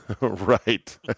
Right